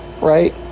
right